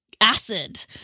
acid